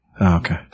Okay